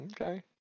Okay